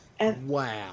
Wow